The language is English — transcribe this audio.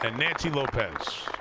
and nancy lopez.